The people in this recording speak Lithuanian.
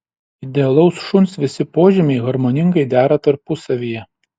idealaus šuns visi požymiai harmoningai dera tarpusavyje